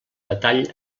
detall